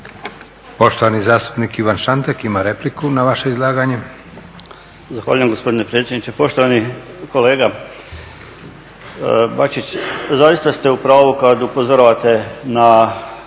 Poštovani zastupnik Ivan Šantek ima repliku na vaše izlaganje.